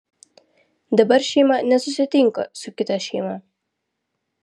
dabar šeima nesusitinka su kita šeima